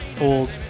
old